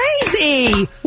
crazy